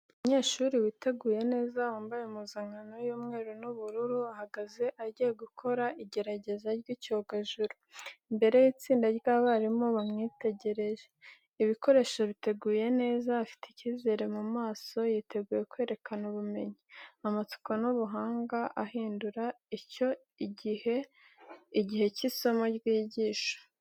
Umunyeshuri witeguye neza, wambaye impuzankano y’umweru n’ubururu, ahagaze agiye gukora igerageza ry'icyogajuru imbere y’itsinda ry’abarimu bamwitegereje. Ibikoresho biteguye neza, afite icyizere mu maso yiteguye kwerekana ubumenyi, amatsiko n’ubuhanga, ahindura icyo gihe igihe cy' isomo ryigisha.